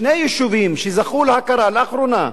שני יישובים שזכו להכרה לאחרונה,